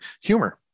humor